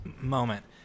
moment